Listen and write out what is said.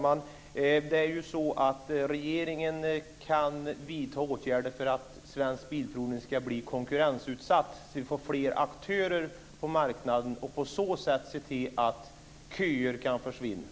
Herr talman! Regeringen kan vidta åtgärder för att Svensk Bilprovning ska bli konkurrensutsatt, så att det blir fler aktörer på marknaden. På så sätt kan man se till att köerna försvinner.